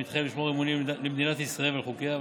מתחייב לשמור אמונים למדינת ישראל ולחוקיה,